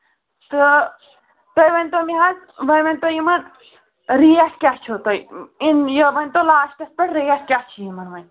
تہٕ تُہۍ ؤنۍتو مےٚ حظ وۄںی ؤنۍتو یِمَن ریٹ کیٛاہ چھُو تۄہہِ یِم یہِ ؤنۍتو لاسٹَس پٮ۪ٹھ ریٹ کیٛاہ چھِ یِمن وۄنۍ